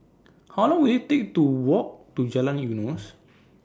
How Long Will IT Take to Walk to Jalan Eunos